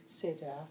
consider